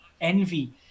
Envy